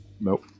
Nope